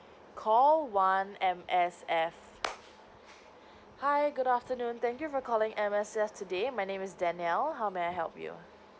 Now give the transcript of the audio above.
call one M_S_F hi good afternoon thank you for calling M_S_F today my name is danielle how may I help you